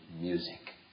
music